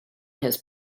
his